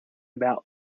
about